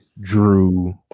Drew